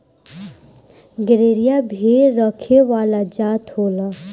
गरेरिया भेड़ रखे वाला जात होला